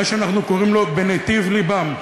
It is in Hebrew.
כמו שאנחנו קוראים "בנתיב לבם"